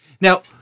Now